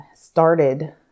started